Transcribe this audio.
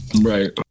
Right